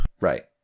Right